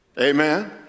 Amen